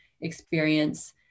experience